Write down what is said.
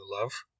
love